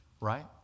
right